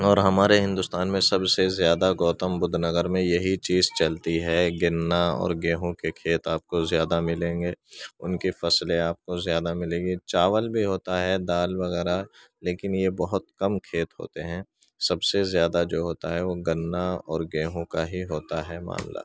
اور ہمارے ہندوستان میں سب سے زیادہ گوتم بُدھ نگر میں یہی چیز چلتی ہے گنّا اور گیہوں کے کھیت آپ کو زیادہ ملیں گے اُن کی فصلیں آپ کو زیادہ ملیں گی چاول بھی ہوتا ہے دال وغیرہ لیکن یہ بہت کم کھیت ہوتے ہیں سب سے زیادہ جو ہوتا ہے وہ گنّا اور گیہوں کا ہی ہوتا ہے معاملہ